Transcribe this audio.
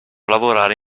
lavorare